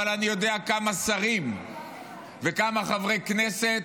אבל אני יודע כמה שרים וכמה חברי כנסת